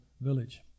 village